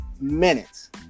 minutes